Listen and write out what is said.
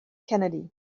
kennedy